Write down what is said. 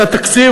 את התקציב,